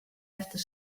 efter